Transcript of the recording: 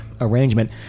arrangement